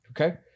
Okay